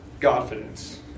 confidence